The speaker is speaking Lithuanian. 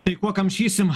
tai kuo kamšysim